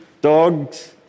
dogs